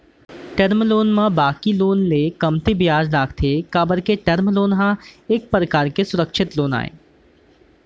term loan म बाकी loan ले कमती बियाज लगथे काबर के टर्म लोन ह एक परकार के सुरक्छित लोन आय